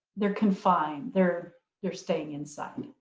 they're confined, they're they're staying inside.